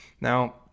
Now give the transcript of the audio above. Now